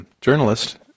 journalist